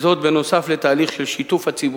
נוסף על תהליך של שיתוף הציבור,